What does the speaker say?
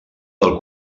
del